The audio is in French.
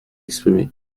exprimée